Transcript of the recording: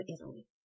Italy